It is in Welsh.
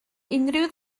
unrhyw